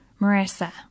Marissa